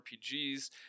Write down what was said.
RPGs